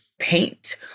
paint